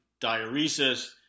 diuresis